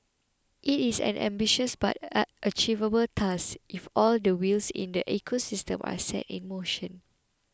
it is an ambitious but achievable task if all the wheels in the ecosystem are set in motion